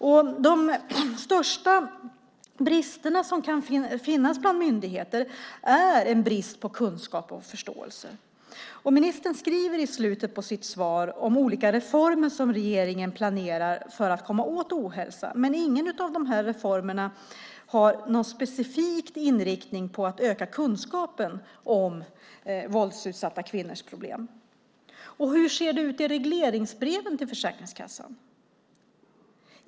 En av de största brister som kan finnas vid myndigheterna är just bristen på kunskap och förståelse. Ministern nämner i slutet av sitt svar olika reformer som regeringen planerar för att komma åt ohälsan, men ingen av dessa reformer har en specifik inriktning på att öka kunskapen om våldsutsatta kvinnors problem. Och hur ser det ut i regleringsbreven till Försäkringskassan?